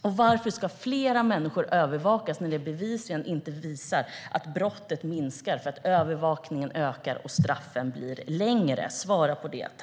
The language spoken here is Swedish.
Och varför ska flera människor övervakas när brotten bevisligen inte minskar för att övervakningen ökar och straffen blir längre? Svara på det!